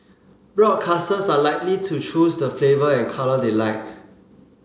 broadcasters are likely to choose the flavour and colour they like